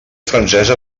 francesa